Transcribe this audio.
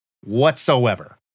whatsoever